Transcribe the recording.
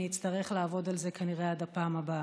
אני אצטרך לעבוד על זה כנראה עד הפעם הבאה.